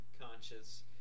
conscious